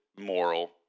moral